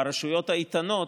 והרשויות האיתנות,